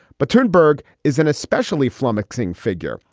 but turned bourg is an especially flummoxing figure.